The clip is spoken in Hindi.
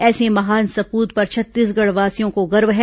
ऐसे महान सप्त पर छत्तीसगढ़वासियों को गर्व है